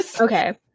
Okay